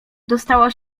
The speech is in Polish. dostała